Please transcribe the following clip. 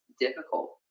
difficult